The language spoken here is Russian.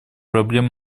проблем